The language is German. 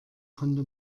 konnte